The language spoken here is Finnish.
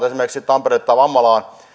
esimerkiksi tampereelle tai vammalaan